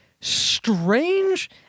strange